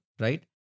right